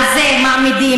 על זה מעמידים,